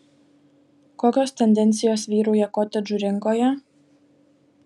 kokios tendencijos vyrauja kotedžų rinkoje